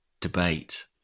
debate